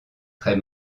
très